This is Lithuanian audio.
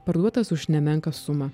parduotas už nemenką sumą